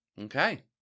Okay